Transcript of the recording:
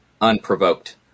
unprovoked